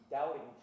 Doubting